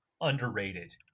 underrated